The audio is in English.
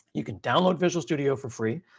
you can download visual studio for free,